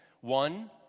One